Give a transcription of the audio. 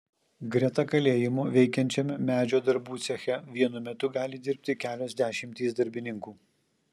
greta kalėjimo veikiančiame medžio darbų ceche vienu metu gali dirbti kelios dešimtys darbininkų